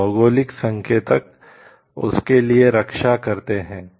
तो भौगोलिक संकेतक उसके लिए रक्षा करते हैं